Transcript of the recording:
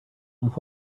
and